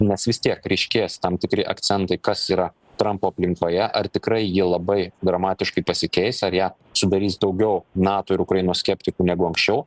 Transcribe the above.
nes vis tiek ryškės tam tikri akcentai kas yra trampo aplinkoje ar tikrai ji labai dramatiškai pasikeis ar ją sudarys daugiau nato ir ukrainos skeptikų negu anksčiau